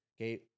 okay